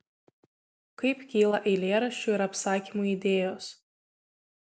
kaip kyla eilėraščių ir apsakymų idėjos